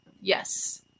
Yes